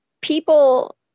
people